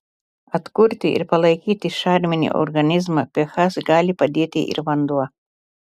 atkurti ir palaikyti šarminį organizmo ph gali padėti ir vanduo